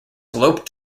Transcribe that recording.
slope